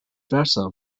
versa